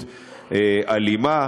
אלימה.